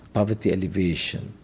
poverty alleviation,